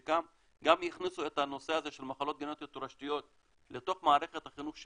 גם יכניסו את הנושא הזה של מחלות גנטיות תורשתיות לתוך מערכת החינוך.